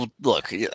Look